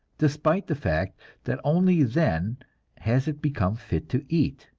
despite the fact that only then has it become fit to eat.